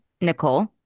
Nicole